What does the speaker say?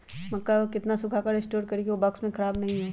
मक्का को कितना सूखा कर स्टोर करें की ओ बॉक्स में ख़राब नहीं हो?